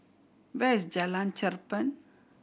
where is Jalan Cherpen